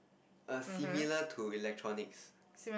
a similar to electronics